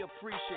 appreciate